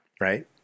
right